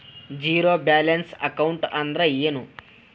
Zero balance account ಅಂದ್ರ ಏನು?